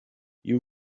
you